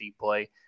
play